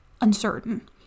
uncertain